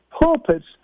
pulpits